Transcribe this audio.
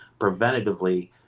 preventatively